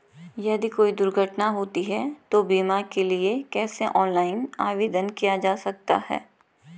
यदि कोई दुर्घटना होती है तो बीमे के लिए कैसे ऑनलाइन आवेदन किया जा सकता है?